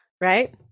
Right